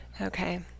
Okay